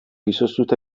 izoztuta